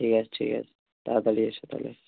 ঠিক আছে ঠিক আছে তাড়াতাড়ি এসো তাহলে